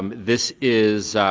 um this is,